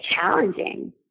challenging